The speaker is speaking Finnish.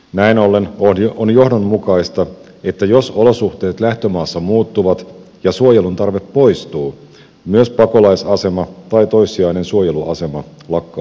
näin ollen on johdonmukaista että jos olosuhteet lähtömaassa muuttuvat ja suojelun tarve poistuu myös pakolaisasema tai toissijainen suojeluasema lakkautetaan